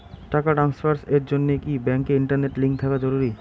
টাকা ট্রানস্ফারস এর জন্য কি ব্যাংকে ইন্টারনেট লিংঙ্ক থাকা জরুরি?